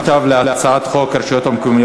הצעת החוק עברה בקריאה טרומית,